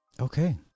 okay